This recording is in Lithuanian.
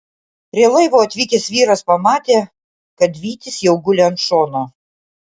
prie laivo atvykęs vyras pamatė kad vytis jau guli ant šono